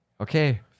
Okay